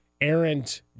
errant